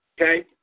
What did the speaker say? okay